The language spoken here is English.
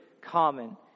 common